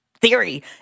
theory